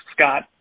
Scott